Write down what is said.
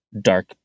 dark